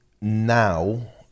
Now